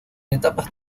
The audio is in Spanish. etapas